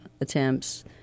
attempts